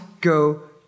go